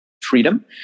freedom